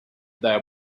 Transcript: there